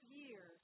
year